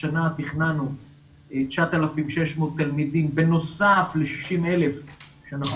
השנה תכננו 9,600 תלמידים בנוסף ל-60,000 שאנחנו